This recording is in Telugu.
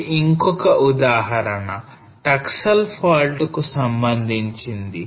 ఇది ఇంకొక ఉదాహరణ Taksal fault కు సంబంధించింది